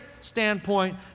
standpoint